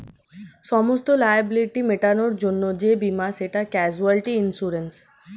সমস্ত লায়াবিলিটি মেটাবার জন্যে যেই বীমা সেটা ক্যাজুয়ালটি ইন্সুরেন্স